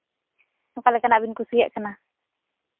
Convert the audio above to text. ᱚᱠᱟ ᱞᱮᱠᱟᱱᱟᱜ ᱵᱤᱱ ᱠᱩᱥᱤᱭᱟᱜ ᱠᱟᱱᱟ